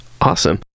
awesome